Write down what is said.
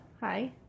Hi